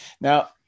Now